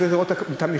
צריך לראות את המכלול,